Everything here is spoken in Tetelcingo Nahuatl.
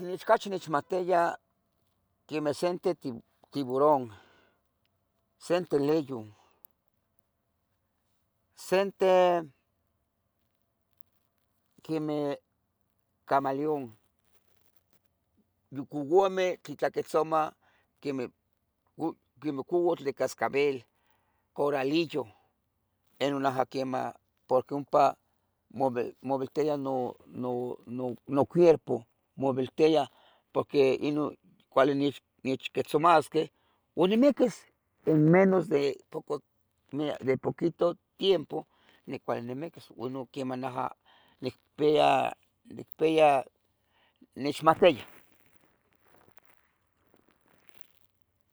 Tlen cachi nechmahtiya, quemeh senteh tibu tiburón, senteh leyun, senteh quemeh camalión, u couameh tli tlaquetzumah, quemeh cu, couatl de cascabel, coralillo, ino yaha quiemah porque ompa mobiltia no. nocuierpo, mobiltia poque ino cuali nech nechquitzomasqueh ua nimiquis en menos de poco mira de poquito tiempo neh cuali niqmiquis ua ino quiemah naha nicpia, nicpia, nechmahtia.